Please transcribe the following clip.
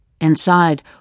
Inside